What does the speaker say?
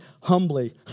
humbly